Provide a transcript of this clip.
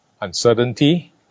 uncertainty